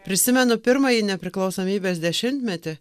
prisimenu pirmąjį nepriklausomybės dešimtmetį